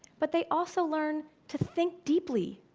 but they also learn to think deeply,